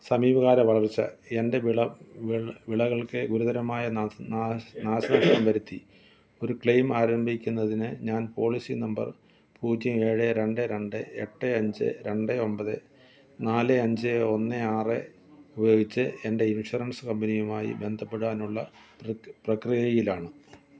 സമീപകാല വളവിഷ എന്റെ വിള വിള വിളകൾക്ക് ഗുരുതരമായ നഷ്ട്ടം വരുത്തി ഒരു ക്ലെയിം ആരംഭിക്കുന്നതിന് ഞാൻ പോളിസി നമ്പർ പൂജ്യം ഏഴ് രണ്ട് രണ്ട് എട്ട് അഞ്ച് രണ്ട് ഒൻപത് നാല് അഞ്ച് ഒന്ന് ആറ് ഉപയോഗിച്ച് എന്റെ ഇൻഷുറൻസ് കമ്പനിയുമായി ബന്ധപ്പെടാനുള്ള പ്രക്രിയയിലാണ്